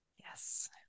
Yes